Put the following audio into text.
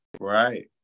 Right